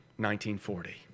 1940